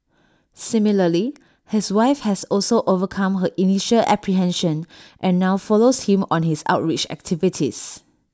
similarly his wife has also overcome her initial apprehension and now follows him on his outreach activities